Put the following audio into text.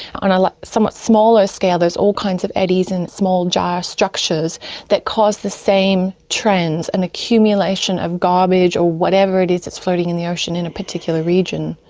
on a somewhat smaller scale there's all kinds of eddies and small gyre structures that cause the same trends, an accumulation of garbage or whatever it is that's floating in the ocean in a particular region.